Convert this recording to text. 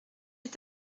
est